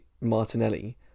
Martinelli